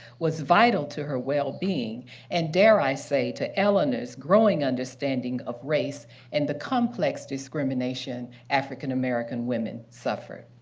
was vital to her well-being and dare i say, to eleanor's growing understanding of race and the complex discrimination african-american women suffer.